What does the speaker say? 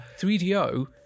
3do